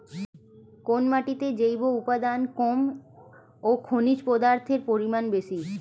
কোন মাটিতে জৈব উপাদান কম ও খনিজ পদার্থের পরিমাণ বেশি?